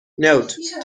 note